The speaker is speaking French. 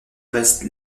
reste